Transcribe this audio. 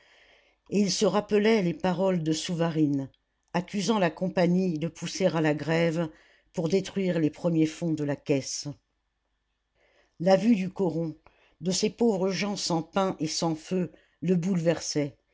et il se rappelait les paroles de souvarine accusant la compagnie de pousser à la grève pour détruire les premiers fonds de la caisse la vue du coron de ces pauvres gens sans pain et sans feu le bouleversait